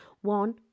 One